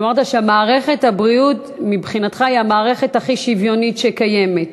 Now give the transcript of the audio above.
אמרת שמערכת הבריאות מבחינתך היא המערכת הכי שוויונית שקיימת.